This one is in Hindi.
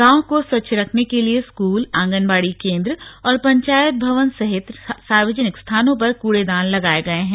गांव को स्वच्छ रखने के लिए स्कूल आंगनबाड़ी केंद्र और पंचायत भवन सहित सार्वजनिक स्थानों पर कूड़ेदान लगाये गये हैं